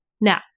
Now